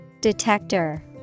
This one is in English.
Detector